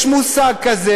יש מושג כזה,